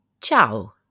ciao